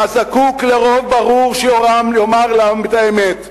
אתה זקוק לרוב ברור, שיאמר לעם את האמת,